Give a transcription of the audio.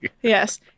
Yes